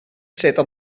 sitte